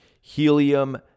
Helium